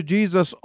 Jesus